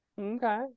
Okay